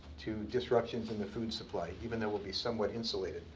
to disruptions in the food supply, even though we'll be somewhat insulated.